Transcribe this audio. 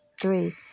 three